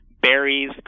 berries